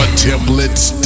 templates